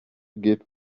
forgive